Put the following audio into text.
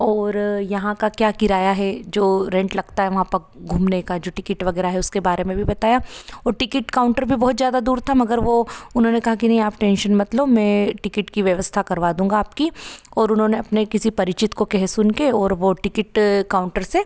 और यहाँ का क्या किराया है जो रेंट लगता है वहाँ पर घूमने का जो टिकेट वगैरह है उसके बारे में भी बताया और टिकेट काउन्टर भी बहुत ज़्यादा दूर था मगर वो उन्होंने कहा कि नहीं आप टेंशन मत लो मे टिकट की व्यवस्था करवा दूंगा आपकी और उन्होंने आपने किसी परिचित को कह सुन के और वो टिकेट काउन्टर से